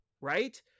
right